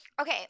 Okay